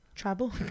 travel